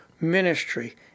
ministry